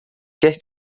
quer